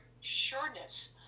sureness